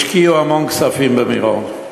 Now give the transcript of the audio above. השקיעו המון כספים במירון,